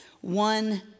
One